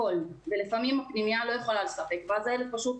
לפעמים הפנימייה לא יכולה לספק ואז הילד פשוט